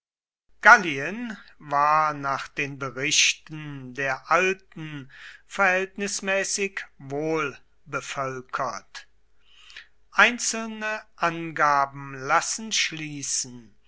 gallien war nach den berichten der alten verhältnismäßig wohl bevölkert einzelne angaben lassen schließen